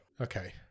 Okay